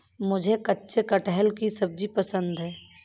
मुझे कच्चे कटहल की सब्जी पसंद है